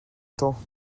temps